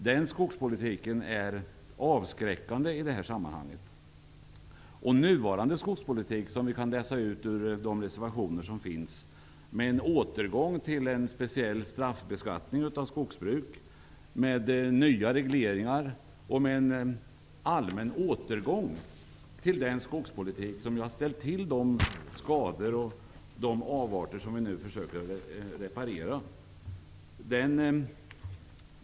Den skogspolitiken är avskräckande i detta sammanhang. Socialdemokraternas nuvarande skogspolitik kan vi läsa ut ur reservationerna till betänkandet. Man förespråkar återgång till en speciell straffbeskattning av skogsbruk, nya regleringar och en allmän återgång till den skogspolitik som har åstadkommit de skador och avarter som vi nu försöker reparera.